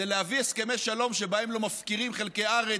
זה להביא הסכמי שלום שבהם לא מפקירים חלקי ארץ.